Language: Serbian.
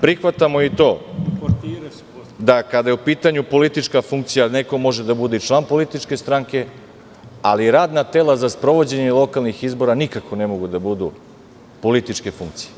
Prihvatamo i to, da kada je u pitanju politička funkcija neko može da bude i član političke stranke, ali radna tela za sprovođenje lokalnih izbora nikako ne mogu da budu političke funkcije.